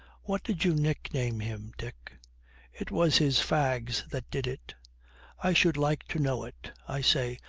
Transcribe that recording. what did you nickname him, dick it was his fags that did it i should like to know it. i say,